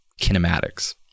kinematics